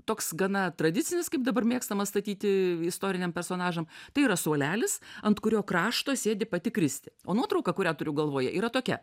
toks gana tradicinis kaip dabar mėgstama statyti istoriniam personažam tai yra suolelis ant kurio krašto sėdi pati kristė o nuotrauka kurią turiu galvoje yra tokia